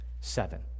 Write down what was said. seven